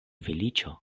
feliĉo